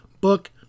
book